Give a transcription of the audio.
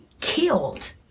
killed